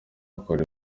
akora